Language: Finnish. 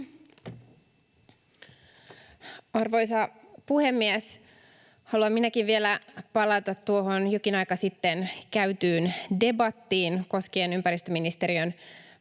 Arvoisa puhemies! Haluan minäkin vielä palata tuohon jokin aika sitten käytyyn debattiin koskien ympäristöministeriön pääluokan